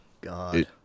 God